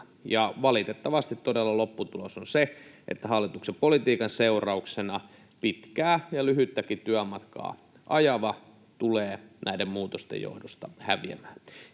Valitettavasti todella lopputulos on se, että hallituksen politiikan seurauksena pitkää ja lyhyttäkin työmatkaa ajava tulee näiden muutosten johdosta häviämään.